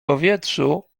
powietrzu